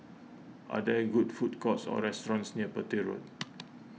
are there good food courts or restaurants near Petir Road